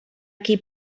qui